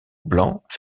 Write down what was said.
blanc